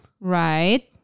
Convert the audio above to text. right